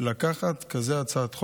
לקחת כזאת הצעת חוק.